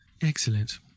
Excellent